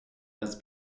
has